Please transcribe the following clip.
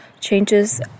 changes